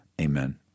Amen